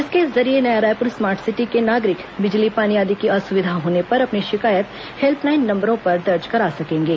इसके जरिये Naya Raipur smart city के नागरिक बिजली पानी आदि की असुविधा होने पर अपनी शिकायत हेल्पलाइन नंबरों पर दर्ज करा सकेंगे